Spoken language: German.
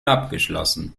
abgeschlossen